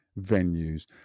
venues